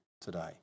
today